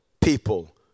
people